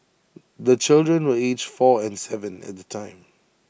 the children were aged four and Seven at the time